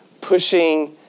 pushing